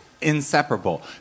inseparable